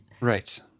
Right